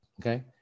okay